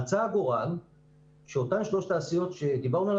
רצה הגורל שאותן שלוש התעשיות שדיברנו עליהן